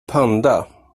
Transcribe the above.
panda